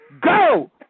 Go